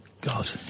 God